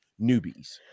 newbies